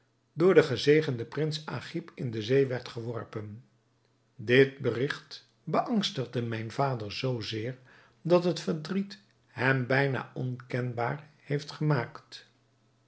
door gezegden prins agib in de zee werd geworpen dit berigt beangstigde mijn vader zoo zeer dat het verdriet hem bijna onkenbaar heeft gemaakt